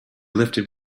lifted